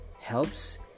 helps